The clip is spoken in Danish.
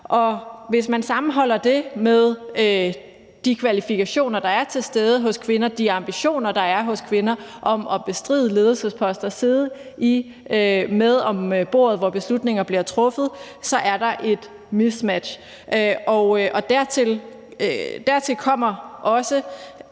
Hvis man sammenholder det med de kvalifikationer, der er til stede hos kvinder, og de ambitioner, der er hos kvinder, om at bestride ledelsesposter og sidde med om bordet, hvor beslutningerne bliver truffet, så er der et mismatch. Dertil kommer også